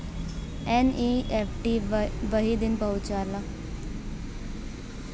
NEFT वही दिन पहुंच जाला